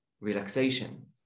relaxation